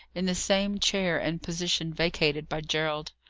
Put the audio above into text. in the same chair and position vacated by gerald.